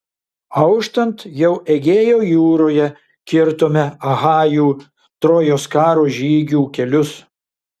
auštant jau egėjo jūroje kirtome achajų trojos karo žygių kelius